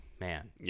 man